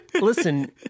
listen